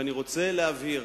אני רוצה להבהיר